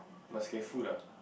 must careful lah